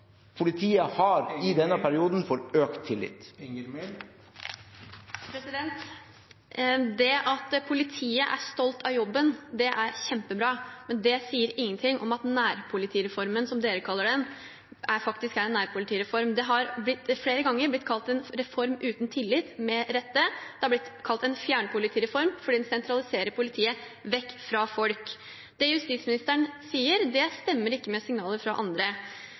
Politiet har i denne perioden fått økt tillit. Det at politiet er stolt av jobben, er kjempebra, men det sier ingenting om at nærpolitireformen, som dere kaller den, faktisk er en nærpolitireform. Det har flere ganger blitt kalt en reform uten tillit – med rette. Det har blitt kalt en fjernpolitireform, fordi den sentraliserer politiet vekk fra folk. Det justisministeren sier, stemmer ikke med signaler fra andre.